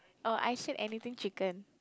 oh I said anything chicken